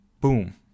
Boom